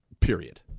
Period